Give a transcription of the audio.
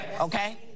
Okay